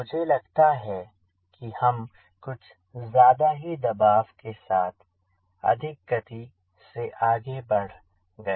मुझे लगता है कि हम कुछ ज्यादा ही दबाव के साथ अधिक गति से आगे बढ़ गए